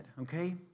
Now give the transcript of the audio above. okay